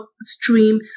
stream